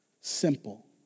Simple